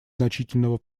значительного